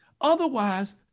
otherwise